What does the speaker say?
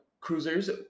cruisers